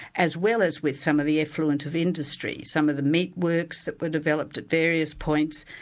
as well as with some of the effluent of industry some of the meatworks that were developed at various points,